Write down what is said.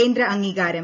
കേന്ദ്ര അംഗീകാരം